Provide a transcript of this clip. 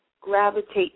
gravitate